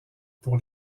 pour